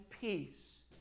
peace